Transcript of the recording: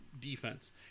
Defense